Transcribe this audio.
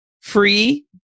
free